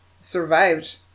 survived